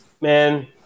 man